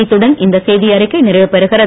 இத்துடன் இந்த செய்தி அறிக்கை நிறைவு பெறுகிறது